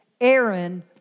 Aaron